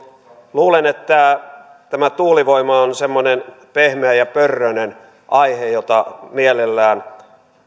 luulen että tämä tuulivoima on semmoinen pehmeä ja pörröinen aihe jota mielellään